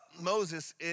Moses